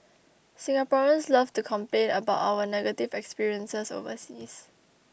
Singaporeans love to complain about our negative experiences overseas